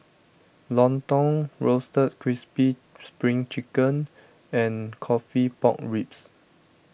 Lontong Roasted Crispy Spring Chicken and Coffee Pork Ribs